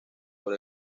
por